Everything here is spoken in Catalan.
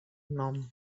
nom